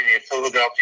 Philadelphia